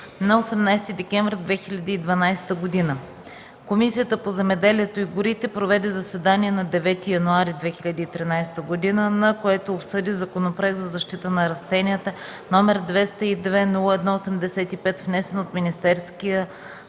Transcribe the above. на 18 декември 2012 г. Комисията по земеделието и горите проведе заседание на 9 януари 2013 г., на което обсъди Законопроект за защита на растенията, № 202-01-85, внесен от Министерския